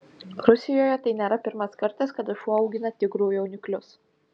rusijoje tai nėra pirmas kartas kada šuo augina tigrų jauniklius